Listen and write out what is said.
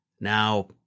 now